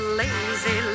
lazy